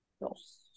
Yes